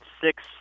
six